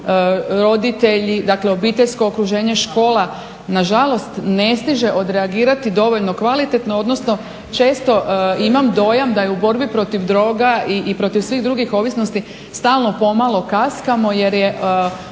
roditelji, dakle obiteljsko okruženje, škola na žalost ne stiže odreagirati dovoljno kvalitetno. Odnosno često imam dojam da je u borbi protiv droga i protiv svih drugih ovisnosti stalno pomalo kaskamo jer je